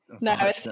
no